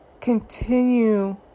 continue